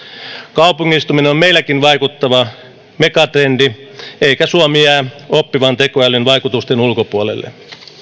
kaupungistuminen on meilläkin vaikuttava megatrendi eikä suomi jää oppivan tekoälyn vaikutusten ulkopuolelle